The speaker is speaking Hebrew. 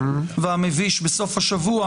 והמביש בסוף השבוע